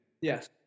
Yes